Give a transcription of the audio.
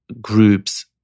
groups